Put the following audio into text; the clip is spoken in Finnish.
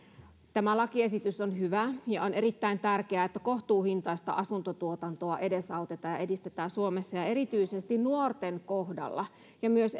tämä lakiesitys on hyvä ja on erittäin tärkeää että kohtuuhintaista asuntotuotantoa edesautetaan ja edistetään suomessa erityisesti nuorten ja myös